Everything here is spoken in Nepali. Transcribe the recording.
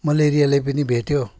मलेरियाले पनि भेट्यो